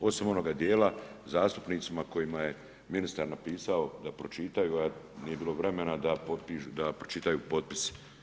Osim onoga djela zastupnicima kojima je ministar napisao da pročitaju a nije bilo vremena da pročitaju potpis.